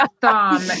thumb